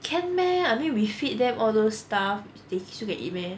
can meh I mean we feed them all those stuff they still can eat meh